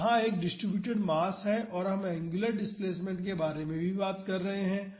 तो यहाँ यह एक डिस्ट्रिब्यूटेड मास है और हम एंगुलर डिस्प्लेसमेंट के बारे में भी बात कर रहे हैं